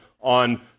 on